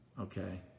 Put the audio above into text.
Okay